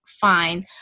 fine